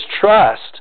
trust